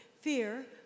fear